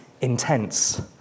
intense